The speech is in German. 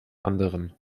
anderen